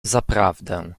zaprawdę